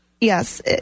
Yes